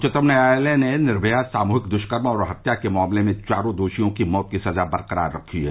उच्चतम न्यायालय ने निर्मया सामूहिक दृष्कर्म और हत्या के मामले में चारों दोषियों की मौत की सजा बरकरार रखी है